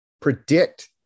predict